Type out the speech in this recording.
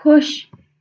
خۄش